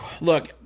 look